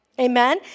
Amen